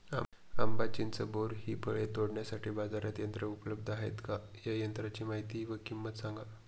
आंबा, चिंच, बोर हि फळे तोडण्यासाठी बाजारात यंत्र उपलब्ध आहेत का? या यंत्रांची माहिती व किंमत सांगा?